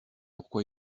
pourquoi